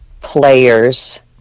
players